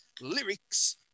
Lyrics